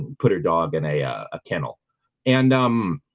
put her dog in a ah a kennel and um,